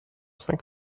cinq